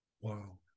Wow